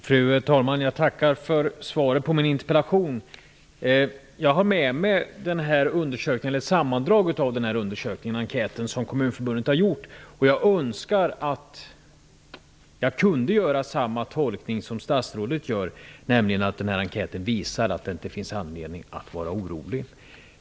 Fru talman! Jag tackar för svaret på min interpellation. Jag har här ett sammandrag av den enkätundersökning som Kommunförbundet har gjort och jag skulle önska att jag kunde göra samma tolkning som statsrådet gör, nämligen att den här enkäten visar att det inte finns anledning att vara orolig.